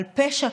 על פשע,